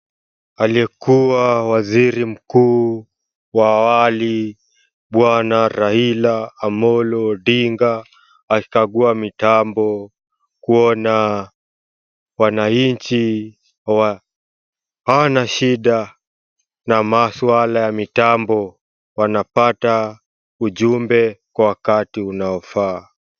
Aliyekuwa waziri mkuu wa awali, bwana Raila Amolo Odinga, akikagua mitambo kuona wananchi hawana shida na maswala ya mitambo, wanapata ujumbe kwa wakati unaofaa.